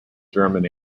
german